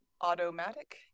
Automatic